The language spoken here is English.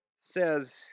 Says